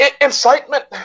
incitement